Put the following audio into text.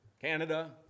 Canada